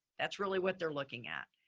that's really what they're looking at.